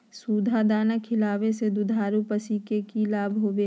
सुधा दाना खिलावे से दुधारू पशु में कि लाभ होबो हय?